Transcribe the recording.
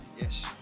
yes